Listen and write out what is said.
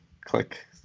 click